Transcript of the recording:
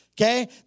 Okay